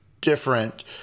different